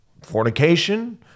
fornication